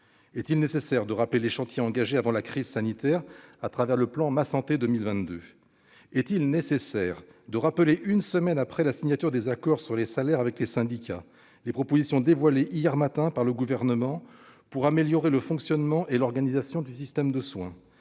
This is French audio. Est-il nécessaire de rappeler les chantiers engagés avant la crise sanitaire le plan Ma santé 2022 ? Est-il nécessaire de rappeler, une semaine après la signature des accords sur les salaires avec les syndicats, les propositions dévoilées hier matin par le Gouvernement, à l'occasion de la clôture du Ségur de la santé, pour améliorer le fonctionnement et l'organisation du système de soins ?